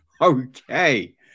Okay